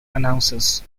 announces